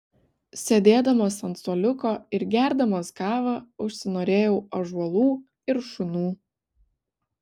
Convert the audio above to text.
sėdėdamas ant suoliuko ir gerdamas kavą užsinorėjau ąžuolų ir šunų